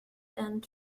and